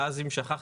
ואז אם שכחת,